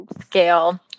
scale